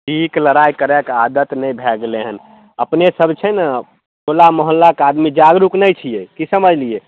पीकऽ लड़ाइ करि कऽ आदत नहि भए गेलै हन अपने सभ जे छै ने टोला मोहल्ला के आदमी जागरूक नहि छियै की समझलियै